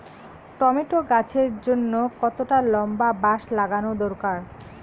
Tomato গাছের জন্যে কতটা লম্বা বাস লাগানো দরকার?